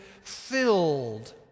filled